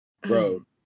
Bro